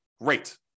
great